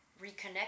reconnect